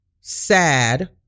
Sad